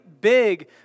big